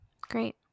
great